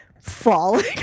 falling